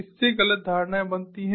इससे गलत धारणाएं बनती हैं